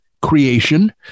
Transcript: Creation